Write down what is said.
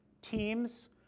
teams